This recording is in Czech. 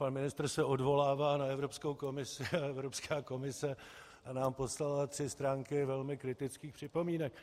Pan ministr se odvolává na Evropskou komisi a Evropská komise nám poslala tři stránky velmi kritických připomínek.